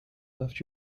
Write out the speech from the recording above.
left